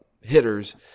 hitters